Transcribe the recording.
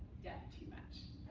debt too much.